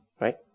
right